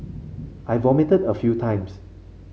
I vomited a few times